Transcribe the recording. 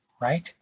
Right